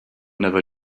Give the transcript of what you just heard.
never